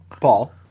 Paul